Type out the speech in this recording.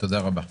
תודה רבה.